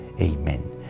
Amen